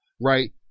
Right